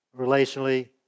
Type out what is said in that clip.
relationally